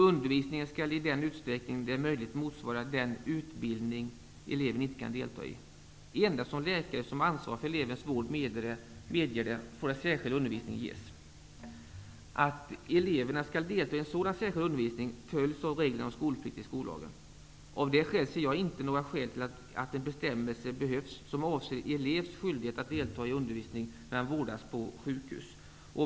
Undervisningen skall i den utsträckning det är möjligt motsvara den utbildning eleven inte kan delta i. Endast om läkare som ansvarar för elevens vård medger det får särskild undervisning ges. Att eleverna skall delta i sådan särskild undervisning, följs av reglerna om skolplikt i skollagen. Av det skälet ser jag inte någon anledning till att en bestämmelse behövs som avser elevs skyldighet att delta i undervisning när han vårdas på sjukhus.